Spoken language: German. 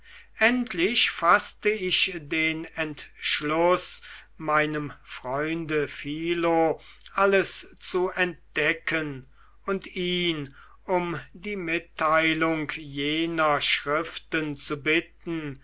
endlich faßte ich den entschluß meinem freunde philo alles zu entdecken und ihn um die mitteilung jener schriften zu bitten